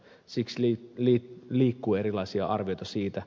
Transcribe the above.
siksi liikkuu erilaisia arvioita siitä